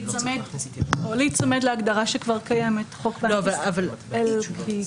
או להיצמד להגדרה שכבר קיימת בחוק בנק ישראל.